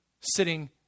sitting